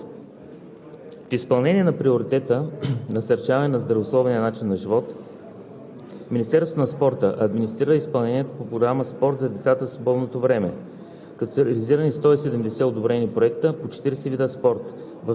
Социалните услуги са важен елемент при подкрепа на младежите, независимо дали се консултират, осъществяват работа по превенция на рисковете или подобрение на качеството на живот. В изпълнение на приоритета насърчаване на здравословния начин на живот